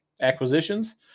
acquisitions